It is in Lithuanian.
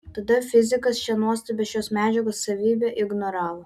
tada fizikas šią nuostabią šios medžiagos savybę ignoravo